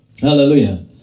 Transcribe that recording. hallelujah